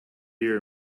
your